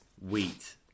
Wheat